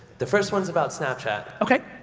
the first one is about snapchat. okay.